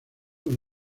con